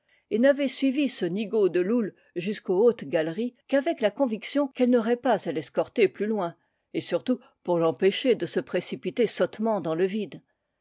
et n'avait suivi ce nigaud de loull jusqu'aux hautes galeries qu'avec la conviction qu'elle n'aurait pas à l'escorter plus loin et surtout pour l'empêcher de se précipiter sottement dans le vide